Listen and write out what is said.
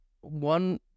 one